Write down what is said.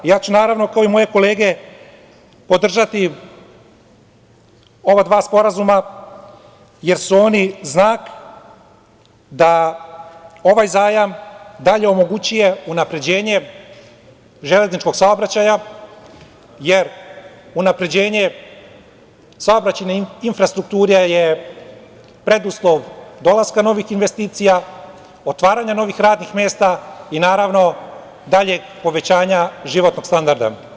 Ja ću, naravno, kao i moje kolege, podržati ova dva sporazuma jer su oni znak da ovaj zajam dalje omogućuje unapređenje železničkog saobraćaja, jer unapređenje saobraćajne infrastrukture je preduslov dolaska novih investicija, otvaranja novih radnih mesta i naravno daljeg povećanja životnog standarda.